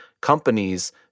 companies